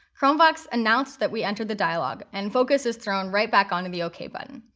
chromevox announced that we entered the dialog, and focus is thrown right back onto the ok button.